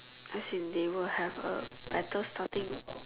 as in they will have a better starting